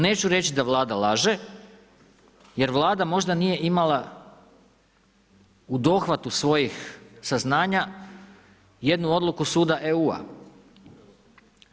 Neću reći da Vlada laže, jer Vlada možda nije imala u dohvatu svojih saznanja jednu odluku suda EU-a.